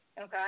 okay